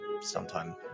Sometime